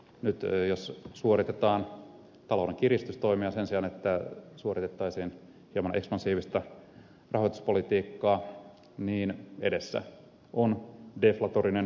nyt jos suoritetaan talouden kiristystoimia sen sijaan että suoritettaisiin hieman ekspansiivista rahoituspolitiikkaa niin edessä on deflatorinen syöksykierre